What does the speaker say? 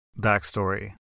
Backstory